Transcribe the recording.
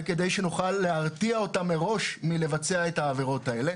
וכדי שנוכל להרתיע אותם מראש מלבצע את העבירות האלה.